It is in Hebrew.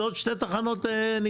זה עוד שתי תחנות נגמר.